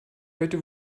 heute